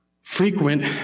frequent